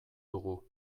dugu